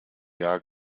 jahr